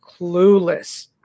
clueless